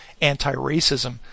anti-racism